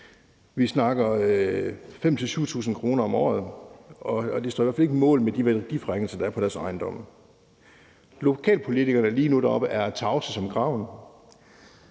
Vi snakker 5.000-7.000 kr. om året, og det står i hvert fald ikke mål med de værdiforringelser, der er på deres ejendomme. Lokalpolitikerne deroppe er lige nu tavse som graven.